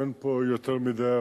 אין פה יותר מדי,